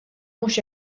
mhux